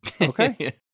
Okay